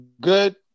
good